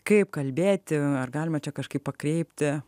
kaip kalbėti ar galima čia kažkaip pakreipti